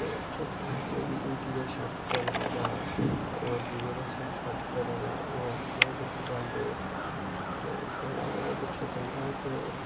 ते किश ऐसे बी हिंदी दे शब्द न जां होर दूए भाशा दे शब्द न तां उ'नेंगी अस नेईं लिखी पांदे ते कन्नै गै एह् दिक्खेआ जंदा ऐ के